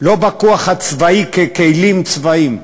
לא בכוח הצבאי, ככלים צבאיים.